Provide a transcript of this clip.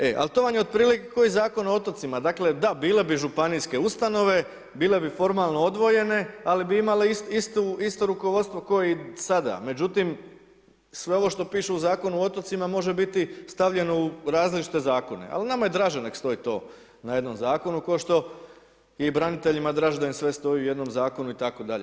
E, a to vam je otprilike ko i Zakon o otocima, bile bi županijske ustanove, bile bi formalnu odvojeno, ali bi imale isto rukovodstvo ko i sada, međutim, sve ovo što piše u Zakonu o otocima, može biti stavljeno u različite zakone, ali nama je draže, nek stoji to na jednom zakonu, ko što i braniteljima je draže da sve stoji u jednom zakonu itd.